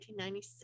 1996